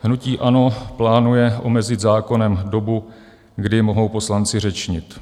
Hnutí ANO plánuje omezit zákonem dobu, kdy mohou poslanci řečnit.